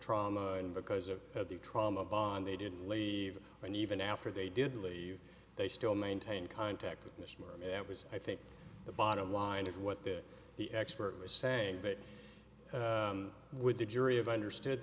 trauma and because of the trauma bond they didn't leave and even after they did leave they still maintained contact with mr moore and that was i think the bottom line is what that the expert was saying but with the jury of understood